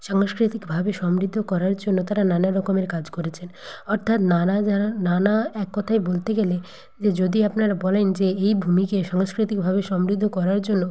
সাংস্কৃতিকভাবে সমৃদ্ধ করার জন্য তারা নানারকমের কাজ করেছেন অর্থাৎ নানা যারা নানা এক কথায় বলতে গেলে যে যদি আপনারা বলেন যে এই ভূমিকে সংস্কৃতিকভাবে সমৃদ্ধ করার জন্য